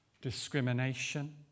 discrimination